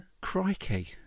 crikey